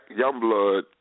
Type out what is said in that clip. Youngblood